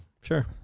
Sure